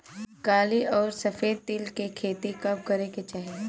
काली अउर सफेद तिल के खेती कब करे के चाही?